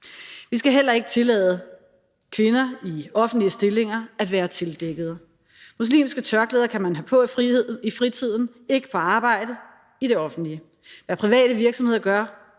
Vi skal heller ikke tillade kvinder i offentlige stillinger at være tildækket. Muslimske tørklæder kan man have på i fritiden; ikke på arbejde i det offentlige. Hvad private virksomheder gør